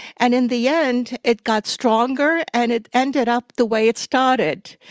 and in the end it got stronger, and it ended up the way it started.